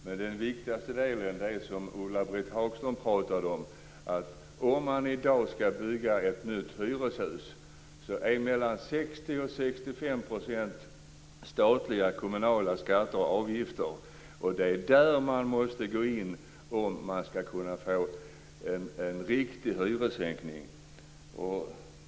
Men det viktigaste är det som Ulla-Britt Hagström talar om, att om man i dag ska bygga ett nytt hyreshus utgörs kostnaderna till mellan 60 och 65 % av statliga och kommunala skatter och avgifter. Det är där man måste gå in om vi ska kunna få en riktig hyressänkning.